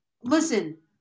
Listen